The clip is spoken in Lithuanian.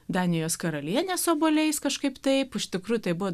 danijos karalienės obuoliais kažkaip taip iš tikrųjų tai buvo